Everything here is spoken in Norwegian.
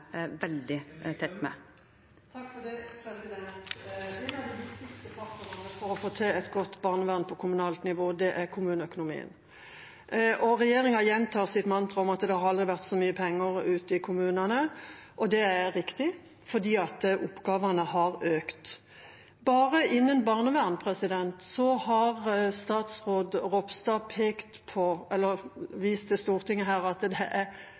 veldig tett med. En av de viktigste faktorene for å få til et godt barnevern på kommunalt nivå er kommuneøkonomien. Regjeringa gjentar sitt mantra om at det har aldri vært så mye penger ute i kommunene. Og det er riktig, fordi oppgavene har økt. Hva gjelder statsråd Ropstad: Bare innen barnevernet er det seks sider med nye oppgaver som er kommet. Regjeringa stritter imot når det